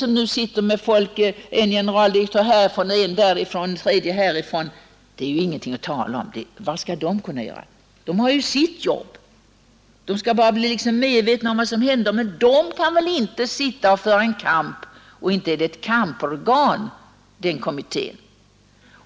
Den nu sittande kommittén med generaldirektörer från det ena och det andra verket är ju ingenting att falla tillbaka på. Vad skall de kunna göra? De har ju sitt jobb att sköta. De skall naturligtvis göras medvetna om vad som händer, men de kan inte föra en kamp, och inte är den kommittén något kamporgan.